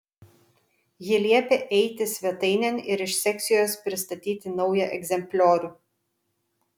ji liepia eiti svetainėn ir iš sekcijos pristatyti naują egzempliorių